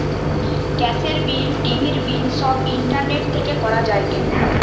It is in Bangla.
গ্যাসের বিল, টিভির বিল সব ইন্টারনেট থেকে করা যায়টে